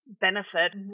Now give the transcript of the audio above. benefit